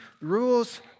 rules